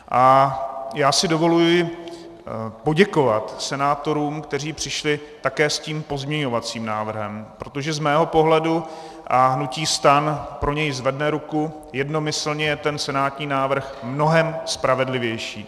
A já si dovoluji poděkovat senátorům, kteří přišli také s tím pozměňovacím návrhem, protože z mého pohledu, a hnutí STAN pro něj zvedne ruku, jednomyslně je ten senátní návrh mnohem spravedlivější.